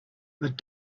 but